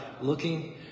looking